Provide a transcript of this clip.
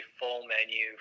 full-menu